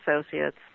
associates